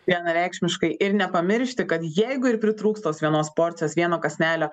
vienareikšmiškai ir nepamiršti kad jeigu ir pritrūks tos vienos porcijos vieno kąsnelio